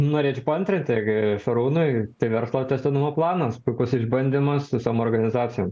norėčiau paantrinti šarūnui verslo tęstinumo planas puikus išbandymas visom organizacijom